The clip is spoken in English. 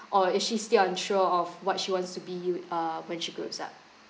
or is she still unsure of what she wants to be you uh when she grows up